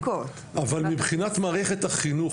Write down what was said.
מבחינת מערכת החינוך,